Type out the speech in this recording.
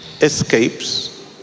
escapes